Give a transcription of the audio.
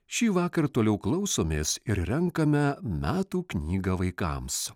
šįvakar toliau klausomės ir renkame metų knygą vaikams